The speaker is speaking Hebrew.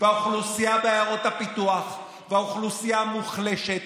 והאוכלוסייה בעיירות הפיתוח והאוכלוסייה המוחלשת,